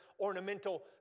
ornamental